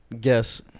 guess